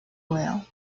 well